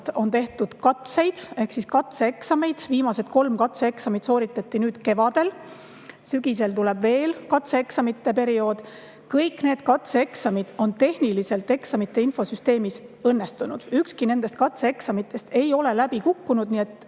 on tehtud katseeksameid, viimased kolm katseeksamit sooritati nüüd kevadel. Sügisel tuleb veel katseeksamite periood. Kõik need katseeksamid on tehniliselt eksamite infosüsteemis õnnestunud, ükski nendest katseeksamitest ei ole läbi kukkunud. Nii et